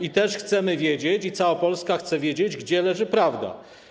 I też chcemy wiedzieć, cała Polska chce wiedzieć, gdzie leży prawda?